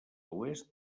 oest